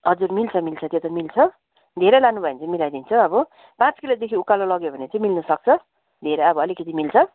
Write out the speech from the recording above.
हजुर मिल्छ मिल्छ त्यो त मिल्छ धेरै लानुभयो भने चाहिँ मिलाइदिन्छु अब पाँच किलोदेखि उकालो लग्यो भने चाहिँ मिल्नुसक्छ धेरै अब अलिकति मिल्छ